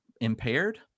impaired